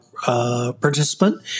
Participant